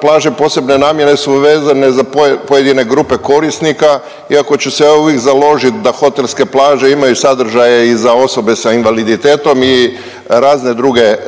Plaže posebne namjene su vezane za pojedine grupe korisnika iako ću se ja uvijek založiti da hotelske plaže imaju sadržaje i za osobe sa invaliditetom i razne